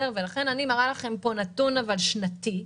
אני מראה לכם פה נתון שנתי,